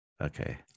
Okay